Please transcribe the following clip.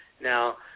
now